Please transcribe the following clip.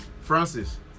Francis